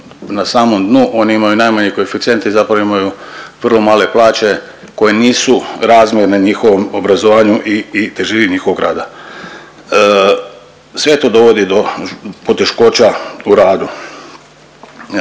na samom dnu, oni imaju najmanji koeficijent i zapravo imaju vrlo male plaće koje nisu razmjerne njihovom obrazovanju i, i težini njihovog rada. Sve to dovodi do poteškoća u radu.